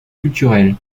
culturelles